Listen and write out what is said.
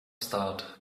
start